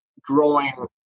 growing